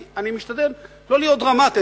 אני משתדל שלא להיות דרמטי,